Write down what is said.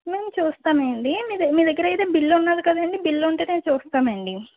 మేము చూస్తామండి మీ దగ్గ మీ దగ్గర అయితే బిల్లు ఉంది కదండి బిల్లుంటే నేను చూస్తానండి